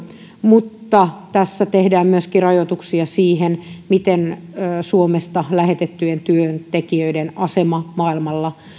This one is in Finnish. mutta tässä tehdään myöskin rajoituksia siihen miten suomesta lähetettyjen työntekijöiden asema maailmalla